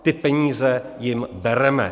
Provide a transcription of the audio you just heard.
Ty peníze jim bereme.